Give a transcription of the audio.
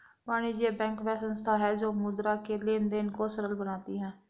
वाणिज्य बैंक वह संस्था है जो मुद्रा के लेंन देंन को सरल बनाती है